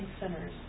centers